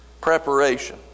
Preparation